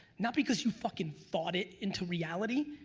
not because you fuckin' thought it into reality,